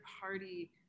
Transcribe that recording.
party